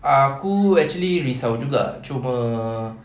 aku actually risau juga cuma